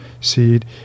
seed